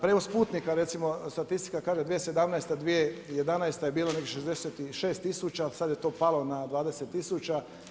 Prijevoz putnika recimo statistika kaže 2017./2011. je bila nekih 66000, ali sad je to palo na 20000.